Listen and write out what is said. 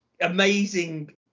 amazing